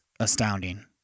astounding